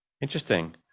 Interesting